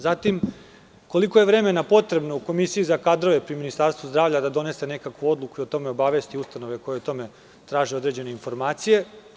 Zatim, koliko je vremena potrebno Komisiji za kadrove pri Ministarstvu zdravlja da donese nekakvu odluku i o tome obavesti ustanove koje o tome traže određene informacije?